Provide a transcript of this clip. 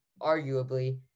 arguably